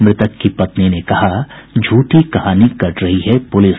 मृतक की पत्नी ने कहा झूठी कहानी गढ़ रही है पुलिस